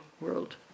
world